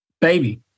baby